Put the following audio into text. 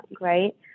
right